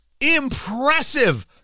impressive